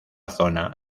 zona